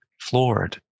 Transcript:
floored